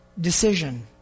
decision